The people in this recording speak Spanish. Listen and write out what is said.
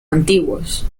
antiguos